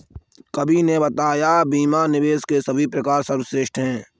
कवि ने बताया बीमा निवेश के सभी प्रकार में सर्वश्रेष्ठ है